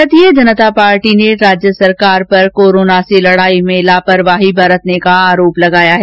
भारतीय जनता पार्टी ने राज्य सरकार पर कोरोना से लड़ाई में लापरवाही बरतने का आरोप लगाया है